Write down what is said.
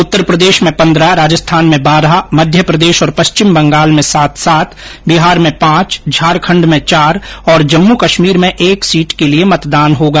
उत्तर प्रदेश में पंद्रह राजस्थान में बारह मध्य प्रदेश और पश्चिम बंगाल में सात सात बिहार में पांच झारखंड में चार और जम्मू कश्मीर में एक सीट के लिए मतदान होगा